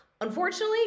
unfortunately